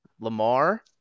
Lamar